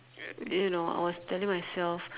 you know I was telling myself